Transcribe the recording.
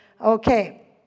Okay